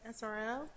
SRL